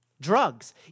Drugs